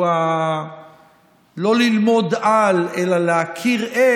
הוא לא ללמוד על אלא להכיר את,